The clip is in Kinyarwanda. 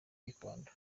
gikondo